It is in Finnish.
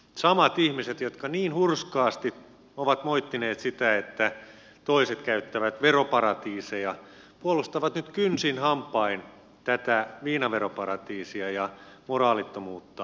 samat ihmiset jotka niin hurskaasti ovat moittineet sitä että toiset käyttävät veroparatiiseja puolustavat nyt kynsin hampain tätä viinaveroparatiisia ja moraalittomuutta